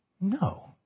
No